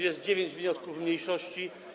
Jest dziewięć wniosków mniejszości.